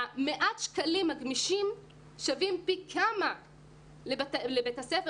מעט השקלים הגמישים שווים פי כמה לבית הספר